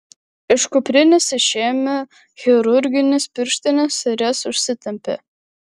iš kuprinės išėmė chirurgines pirštines ir jas užsitempė